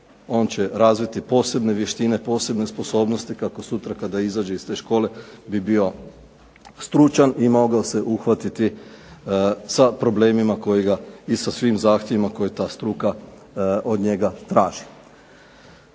on će razviti posebne vještine, posebne sposobnosti kako sutra kada izađe iz te škole bi bio stručan i mogao se uhvatiti sa problemima kojega i sa svim zahtjevima koje ta struka od njega traži.